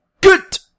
good